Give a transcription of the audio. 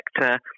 sector